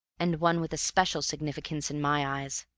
and one with a special significance in my eyes.